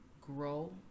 grow